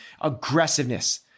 aggressiveness